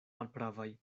malpravaj